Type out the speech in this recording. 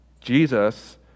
Jesus